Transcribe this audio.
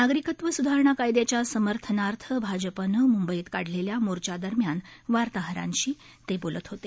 नागरिकत्व सुधारणा कायद्याच्या समर्थनार्थ भाजपनं मुंबईत काढलेल्या मोर्चा दरम्यान वार्ताहरांशी ते बोलत होते